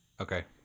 Okay